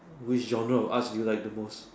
which genre of arts do you like the most